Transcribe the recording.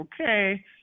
okay